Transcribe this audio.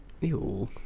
Ew